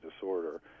disorder